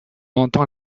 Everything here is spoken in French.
entend